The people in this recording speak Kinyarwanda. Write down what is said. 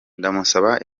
ndamusaba